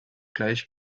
gleich